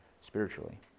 spiritually